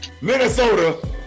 Minnesota